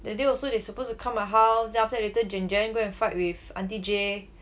that day also they supposed to come my house then after that later jen jen go and fight with auntie jay